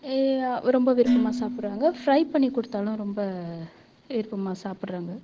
இதை ரொம்ப விருப்பமாக சாப்பிட்றாங்க ஃப்ரை பண்ணி கொடுத்தாலும் ரொம்ப விருப்பமாக சாப்பிட்றாங்க